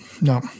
no